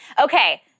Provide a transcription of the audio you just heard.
Okay